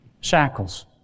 shackles